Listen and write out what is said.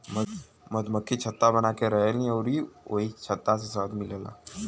मधुमक्खि छत्ता बनाके रहेलीन अउरी ओही छत्ता से शहद मिलेला